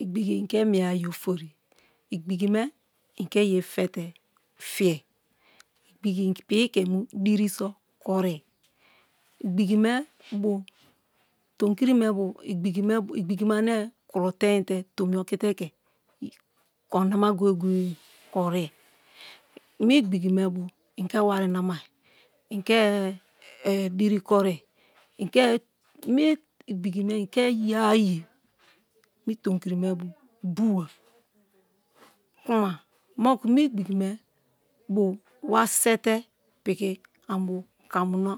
Igbigi i ke miera ye ofori igbigime i ke ye fete fiye igbigi piki ke mu divi so korie igbigi me bo, tomi kiri me bo igbigi me ane kuro tenite tomi okite ke korinama go-gee korie mi igbigi me bo i ke wari namai ike diri korie ike ogbigi me i ke yeara ye mi tomikiri me bo buwa, kuma mo ku mi igbigi me bo wa sete ani bo kam na,